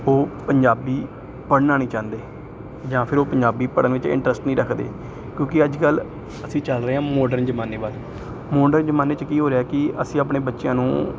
ਉਹ ਪੰਜਾਬੀ ਪੜ੍ਹਨਾ ਨਹੀਂ ਚਾਹੁੰਦੇ ਜਾਂ ਫਿਰ ਉਹ ਪੰਜਾਬੀ ਪੜ੍ਹਨ ਵਿੱਚ ਇੰਟਰਸਟ ਨਹੀਂ ਰੱਖਦੇ ਕਿਉਂਕਿ ਅੱਜ ਕੱਲ੍ਹ ਅਸੀਂ ਚੱਲ ਰਹੇ ਹਾਂ ਮੋਡਰਨ ਜਮਾਨੇ ਵੱਲ ਮੋਡਰਨ ਜਮਾਨੇ 'ਚ ਕੀ ਹੋ ਰਿਹਾ ਕਿ ਅਸੀਂ ਆਪਣੇ ਬੱਚਿਆਂ ਨੂੰ